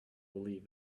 believe